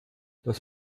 das